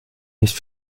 nicht